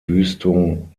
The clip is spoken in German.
wüstung